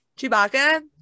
chewbacca